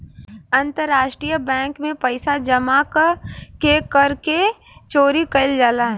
अंतरराष्ट्रीय बैंक में पइसा जामा क के कर के चोरी कईल जाला